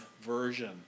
version